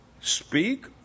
speak